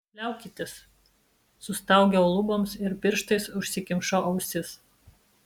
liaukitės sustaugiau luboms ir pirštais užsikimšau ausis